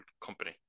company